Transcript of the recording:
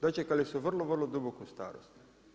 Dočekali su vrlo vrlo duboku starost.